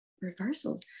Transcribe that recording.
reversals